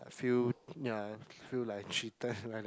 feel ya feel like cheated like that